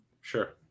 Sure